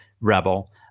rebel